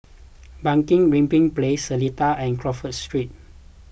Bunga Rampai Place Seletar and Crawford Street